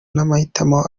n’amahitamo